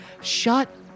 Shut